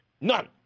None